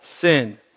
sin